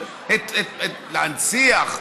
להנציח,